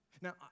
Now